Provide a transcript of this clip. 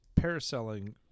parasailing